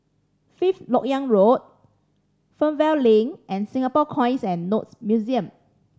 Fifth Lok Yang Road Fernvale Link and Singapore Coins and Notes Museum